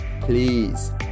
please